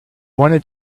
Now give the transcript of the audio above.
wanted